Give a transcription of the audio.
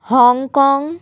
Hong Kong